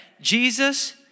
Jesus